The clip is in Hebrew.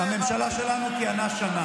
הממשלה שלנו כיהנה שנה.